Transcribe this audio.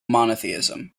monotheism